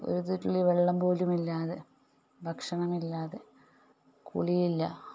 ഒരു തുള്ളി വെള്ളം പോലുമില്ലാതെ ഭക്ഷണമില്ലാതെ കുളിയില്ല